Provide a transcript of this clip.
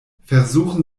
versuchen